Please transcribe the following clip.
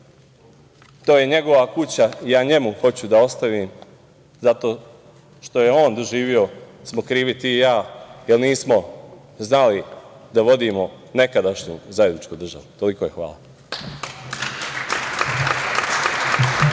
to je njegova kuća, ja njemu hoću da ostavim, zato što je on doživeo, smo krivi ti i ja, jer nismo znali da vodimo nekadašnju zajedničku državu. Toliko. Hvala.